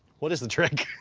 what is the trick?